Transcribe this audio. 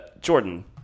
Jordan